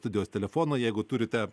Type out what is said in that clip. studijos telefonai jeigu turite